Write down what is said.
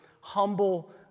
humble